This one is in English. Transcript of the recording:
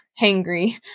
hangry